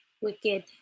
wicked